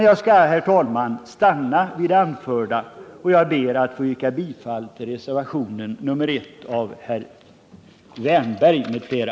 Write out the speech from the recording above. Jag skall, herr talman, stanna vid det anförda och ber att få yrka bifall till reservationen 1 av Erik Wärnberg m.fl.